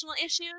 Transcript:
issues